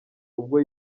ubwo